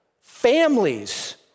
families